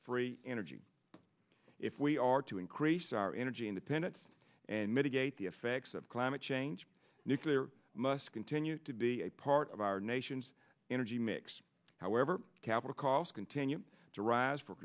free energy if we are to increase our energy independence and mitigate the effects of climate change nuclear must continue to be a part of our nation's energy mix however capital costs continue to rise for